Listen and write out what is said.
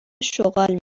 شغال